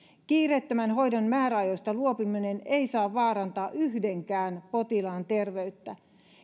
kiireettömän hoidon määräajoista luopuminen ei saa vaarantaa yhdenkään potilaan terveyttä